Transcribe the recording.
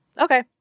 Okay